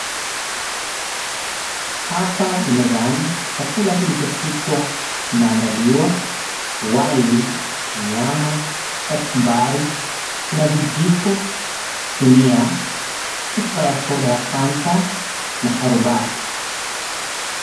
Hapa ni mezani chakula kilichopikwa kimeandaliwa, wali, nyama, kachumbari, kuna vijiko, sinia, chupa ya soda, Fanta, na sharubati.